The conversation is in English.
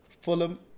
Fulham